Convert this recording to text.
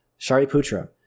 Shariputra